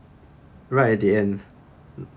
right at the end